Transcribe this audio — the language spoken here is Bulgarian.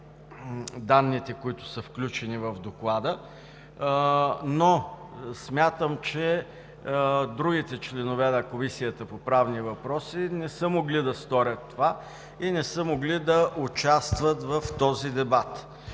данните, които са включени в Доклада, но смятам, че другите членове на Комисията по правни въпроси не са могли да сторят това и не са могли да участват в този дебат.